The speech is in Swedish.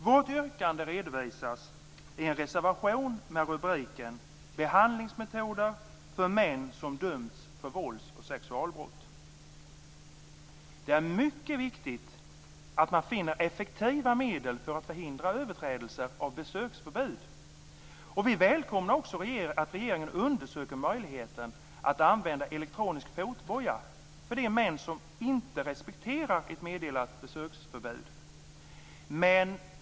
Vårt yrkande redovisas i en reservation med rubriken Behandlingsmetoder för män som dömts för vålds och sexualbrott. Det är mycket viktigt att man finner effektiva medel att förhindra överträdelser av besöksförbud. Vi välkomnar att regeringen undersöker möjligheten att använda elektronisk fotboja för de män som inte respekterar ett meddelat besöksförbud.